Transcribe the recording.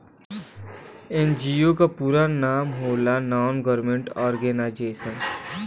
NGO क पूरा नाम होला नान गवर्नमेंट और्गेनाइजेशन